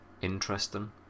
Interesting